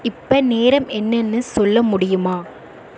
இப்போ நேரம் என்னென்னு சொல்ல முடியுமா